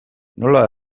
nola